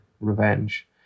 revenge